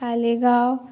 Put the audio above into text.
Talegaon